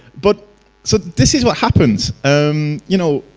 but so this is what happens um you know.